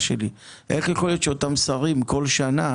איך יכול להיות שאותם שרים מייצרים כל שנה